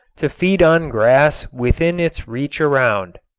to feed on grass within its reach around.